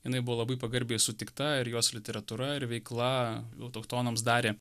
jinai buvo labai pagarbiai sutikta ir jos literatūra ir veikla autochtonams darė